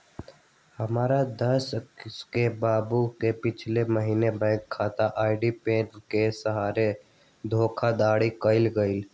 हमर दोस के बाबू से पिछले महीने बैंक खता आऽ पिन के सहारे धोखाधड़ी कएल गेल